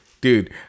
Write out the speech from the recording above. Dude